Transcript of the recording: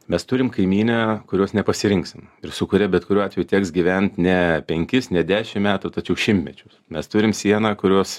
mes turim kaimynę kurios nepasirinksim ir su kuria bet kuriuo atveju teks gyvent ne penkis ne dešim metų tačiau šimtmečius mes turim sieną kurios